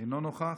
אינו נוכח.